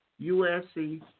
USC